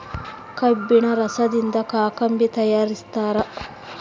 ಕಬ್ಬಿಣ ರಸದಿಂದ ಕಾಕಂಬಿ ತಯಾರಿಸ್ತಾರ